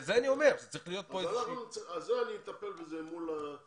בזה אני אטפל מול מרידור,